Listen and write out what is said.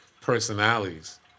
personalities